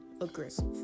aggressive